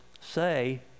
say